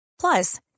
Plus